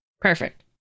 Perfect